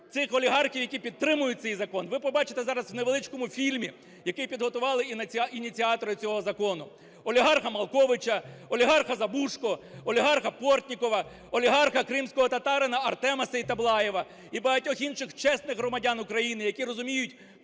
Цих "олігархів", які підтримують цей закон, ви побачите зараз в невеличкому фільмі, який підготували ініціатори цього закону: "олігарха" Малковича, "олігарха" Забужко, "олігарха" Портнікова, "олігарха" кримського татарина Ахтема Сеітаблаєва і багатьох інших чесних громадян України, які розуміють,